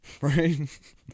right